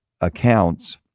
accounts